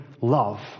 love